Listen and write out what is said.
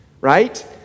right